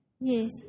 Yes